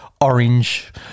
orange